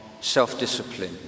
self-discipline